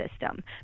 system